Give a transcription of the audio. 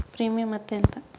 Premium అత్తే ఎంత?